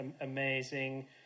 amazing